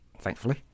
Thankfully